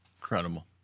Incredible